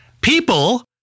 People